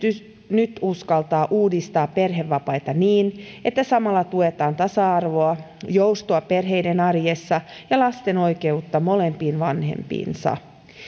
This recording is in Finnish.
nyt uskaltaa uudistaa perhevapaita niin että samalla tuetaan tasa arvoa joustoa perheiden arjessa ja lasten oikeutta molempiin vanhempiinsa